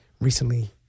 recently